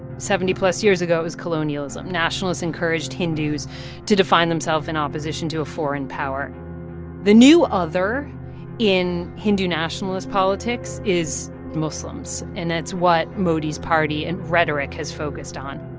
seventy-plus years ago, it was colonialism. nationalists encouraged hindus to define themselves in opposition to a foreign power the new other in hindu nationalist politics is muslims. and that's what modi's party and rhetoric has focused on.